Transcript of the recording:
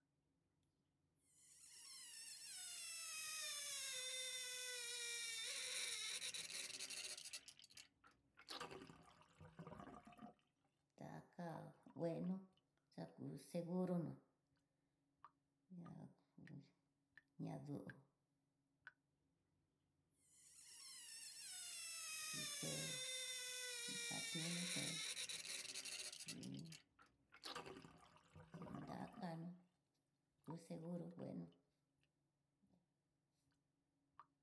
Daka ngueno, xaku seguro no'o ña duxhi, ña ndó ni kué tiono té xí, xi nra kano ngu seguro ngueno.